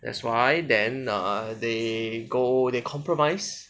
that's why then err they go they compromise